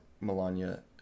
Melania